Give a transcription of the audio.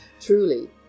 Truly